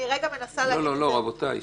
רבותיי.